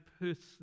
person